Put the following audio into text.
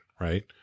right